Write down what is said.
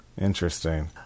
Interesting